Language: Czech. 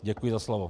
Děkuji za slovo.